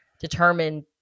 determined